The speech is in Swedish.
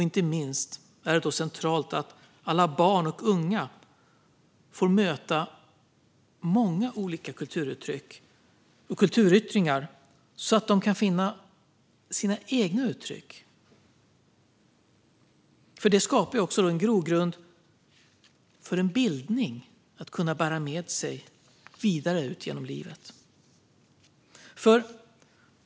Inte minst är det centralt att alla barn och unga får möta många olika kulturuttryck och kulturyttringar, så att de kan finna sina egna uttryck. Det skapar också en grogrund för bildning att kunna bära med sig vidare ut genom livet.